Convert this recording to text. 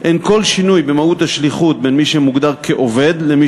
אין כל שינוי במהות השליחות בין מי שמוגדר כעובד למי